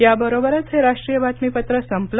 याबरोबरच हे राष्ट्रीय बातमीपत्र संपलं